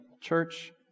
Church